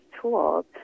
tools